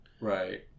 right